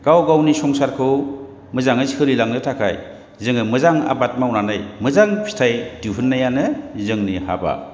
गाव गावनि संसारखौ मोजाङै सोलिलांनो थाखाय जों मोजां आबाद मावनानै मोजां फिथाइ दिहुननायानो जोंनि हाबा